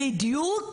בדיוק